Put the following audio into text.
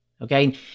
Okay